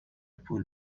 پول